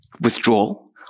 withdrawal